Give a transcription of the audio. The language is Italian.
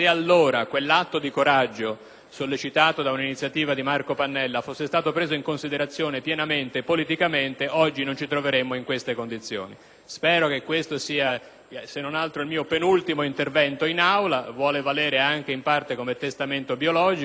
sollecitato da un'iniziativa di Marco Pannella, fosse stato preso in considerazione pienamente e politicamente, oggi non ci troveremmo in queste condizioni. Spero che questo sia, se non altro, il mio penultimo intervento in Aula. Esso vuole valere in parte anche come testamento biologico. *(Commenti dai banchi